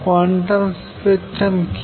quantum spectrum কি